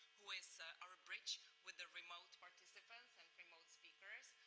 who is our bridge with the remote participants and remote speakers,